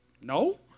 No